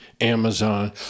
Amazon